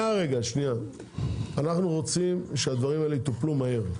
אנחנו רוצים שהדברים האלה יטופלו מהר.